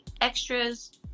extras